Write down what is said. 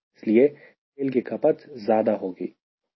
इसलिए तेल की खपत ज्यादा होगी